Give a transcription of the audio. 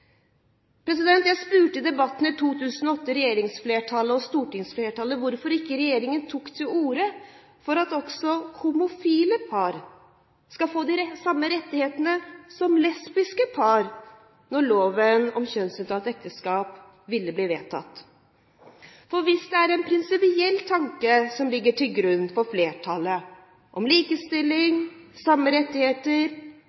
Jeg spurte i debatten i 2008 stortingsflertallet om hvorfor ikke regjeringen tok til orde for at også homofile par skulle få de samme rettighetene som lesbiske par når loven om kjønnsnøytralt ekteskap ville bli vedtatt. For hvis det er en prinsipiell tanke som ligger til grunn for flertallet